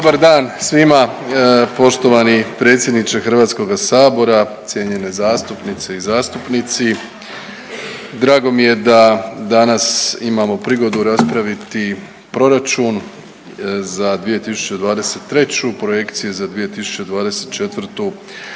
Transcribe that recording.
Dobar dan svima! Poštovani predsjedniče Hrvatskoga sabora, cijenjene zastupnice i zastupnici. Drago mi je da danas imamo prigodu raspraviti proračun za 2023., projekcije za 2024.